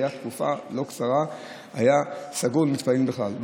תקופה לא קצרה הוא היה סגור למתפללים בכלל,